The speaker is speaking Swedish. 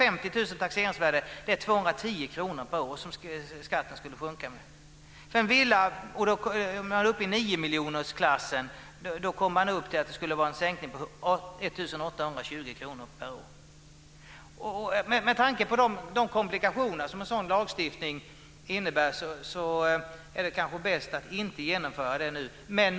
Ett taxeringsvärde på 650 000 kr ger en skattesänkning på 210 kr per år. För en villa i niomiljonersklassen kommer man upp i en sänkning på 1 820 kr per år. Med tanke på de komplikationer som en sådan lagstiftning innebär är det kanske bäst att inte genomföra detta nu.